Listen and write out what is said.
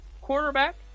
quarterback